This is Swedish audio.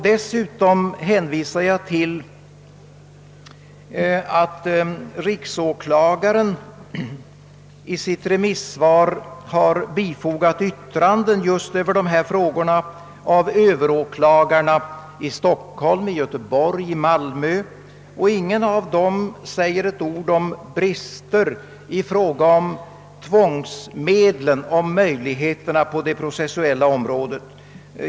Dessutom hänvisar jag till att riksåklagaren i sitt remissvar har bifogat yttranden just i dessa frågor av Ööveråklagarna i Stockholm, Göteborg och Malmö, och ingen av dem säger ett ord om brister i fråga om tvångsmedlen, i fråga om möjligheterna på det processuella området.